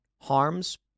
harms